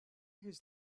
his